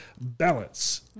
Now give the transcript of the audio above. balance